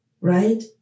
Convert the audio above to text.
right